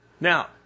Now